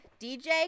DJ